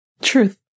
Truth